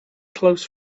close